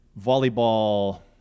volleyball